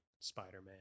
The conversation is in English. Spider-Man